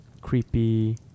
creepy